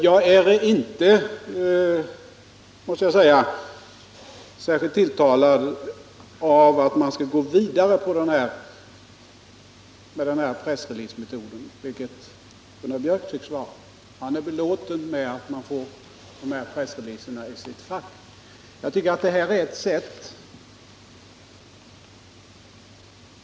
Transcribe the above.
Jag är inte — måste jag säga — särskilt tilltalad av att man fortsätter med den här pressreleasemetoden, vilket Gunnar Biörck tycks vara. Han är belåten med att han får pressreleaserna i sitt fack.